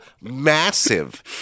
massive